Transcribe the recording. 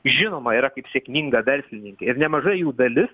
žinoma yra kaip sėkminga verslininkė ir nemaža jų dalis